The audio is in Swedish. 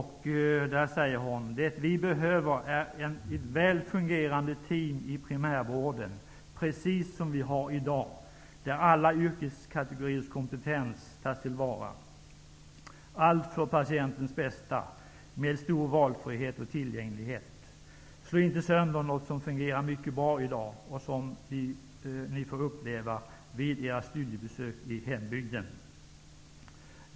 Hon säger: Det vi behöver är ett väl fungerande team i primärvården, precis som vi har i dag, där alla yrkeskategoriers kompetens tas till vara, allt för patientens bästa, med stor valfrihet och tillgänglighet. Slå inte sönder något som fungerar mycket bra i dag och som ni får uppleva vid era studiebesök i hembygden!